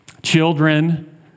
Children